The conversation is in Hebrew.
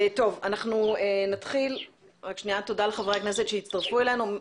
אנחנו נתחיל, תודה לחברי הכנסת שהצטרפו אלינו.